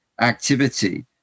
activity